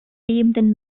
lebenden